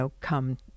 come